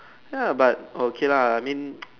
ya but okay lah I mean